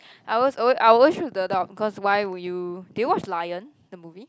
I always al~ I always choose to adopt cause why would you do you watch Lion the movie